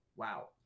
Wow